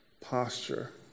posture